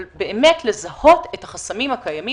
אבל לזהות את החסמים הקיימים,